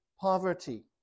poverty